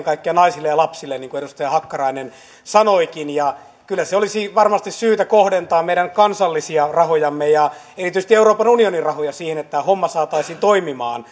kaikkea naisille ja lapsille niin kuin edustaja hakkarainen sanoikin kyllä olisi varmasti syytä kohdentaa meidän kansallisia rahojamme ja erityisesti euroopan unionin rahoja siihen että tämä homma saataisiin toimimaan